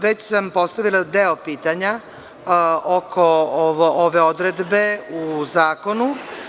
Već sam postavila deo pitanja oko ove odredbe u zakonu.